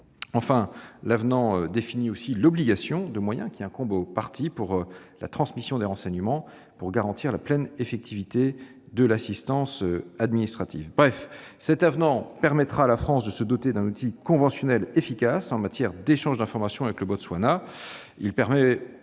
L'avenant définit aussi l'obligation de moyens incombant aux parties pour la transmission des renseignements, afin de garantir la pleine effectivité de l'assistance administrative. Bref, cet avenant permettra à la France de se doter d'un outil conventionnel efficace en matière d'échange d'informations avec le Botswana. Il permet également